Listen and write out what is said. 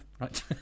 right